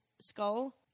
skull